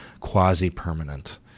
quasi-permanent